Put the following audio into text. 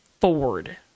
Ford